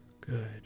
good